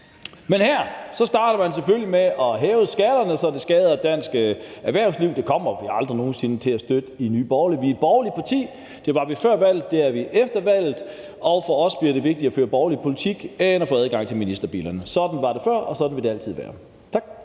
Men her starter man selvfølgelig med at hæve skatterne, så det skader dansk erhvervsliv. Det kommer vi aldrig nogen sinde til at støtte i Nye Borgerlige. Vi er et borgerligt parti. Det var vi før valget, det er vi efter valget, og for os er det vigtigere at føre borgerlig politik end at få adgang til ministerbilerne. Sådan var det før, og sådan vil det altid være. Tak.